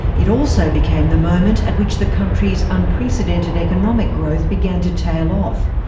it also became the moment at which the country's unprecedented economic growth began to tail off,